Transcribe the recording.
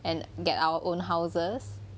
and get our own houses